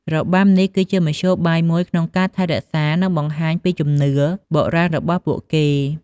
របាំនេះគឺជាមធ្យោបាយមួយក្នុងការថែរក្សា និងបង្ហាញពីជំនឿបុរាណរបស់ពួកគេ។